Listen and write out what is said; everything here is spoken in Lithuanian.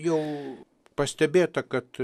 jau pastebėta kad